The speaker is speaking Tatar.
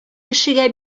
кешегә